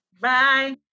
Bye